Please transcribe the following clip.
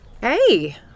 Hey